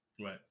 right